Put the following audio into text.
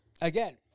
Again